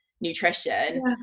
nutrition